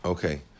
Okay